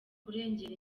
kurengera